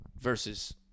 versus